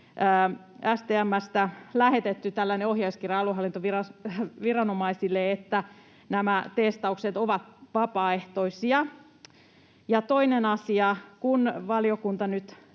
STM:stä lähetetty tällainen ohjauskirje aluehallintoviranomaisille, että nämä testaukset ovat vapaaehtoisia? Ja toinen asia: kun valiokunta nyt